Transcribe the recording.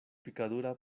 picadura